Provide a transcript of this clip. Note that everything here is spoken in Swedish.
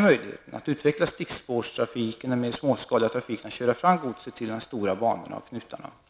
möjligheten att utveckla stickspårstrafik, den mer småskaliga trafiken, och köra fram godset till de stora banorna och knutarna.